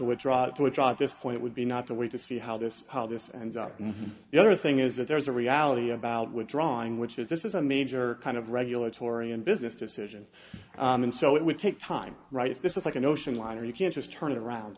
withdraw to a trial at this point would be not the way to see how this how this ends up on the other thing is that there is a reality about withdrawing which is this is a major kind of regulatory and business decision and so it would take time right if this is like an ocean liner you can't just turn it around